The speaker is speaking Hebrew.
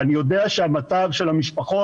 אני יודע שהמצב של המשפחות